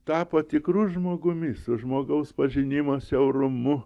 tapo tikru žmogumi su žmogaus pažinimo siaurumu